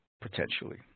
potentially